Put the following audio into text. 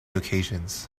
occasions